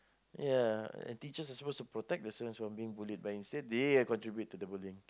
ya teachers are supposed to protect the students from being bullied but instead they are contribute to the bullying